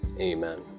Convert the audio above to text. amen